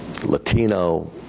latino